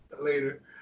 later